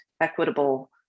equitable